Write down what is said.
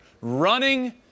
running